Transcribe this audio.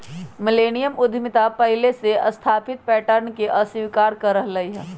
millennium उद्यमिता पहिले से स्थापित पैटर्न के अस्वीकार कर रहल हइ